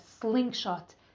slingshot